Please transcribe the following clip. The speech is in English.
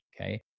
okay